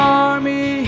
army